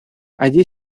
allí